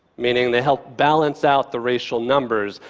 meaning they help balance out the racial numbers,